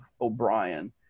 O'Brien